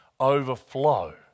overflow